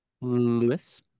Lewis